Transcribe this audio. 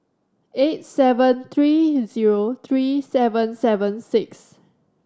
eight seven three zero three seven seven six